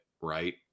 right